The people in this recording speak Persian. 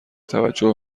توجه